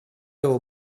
его